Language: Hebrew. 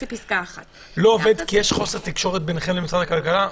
כי יש חוסר תקשורת בינכם למשרד הכלכלה?